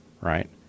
right